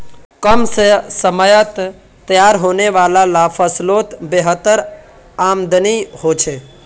कम समयत तैयार होने वाला ला फस्लोत बेहतर आमदानी होछे